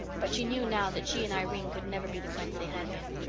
but she knew now that she and irene could never be the friends they had been.